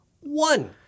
One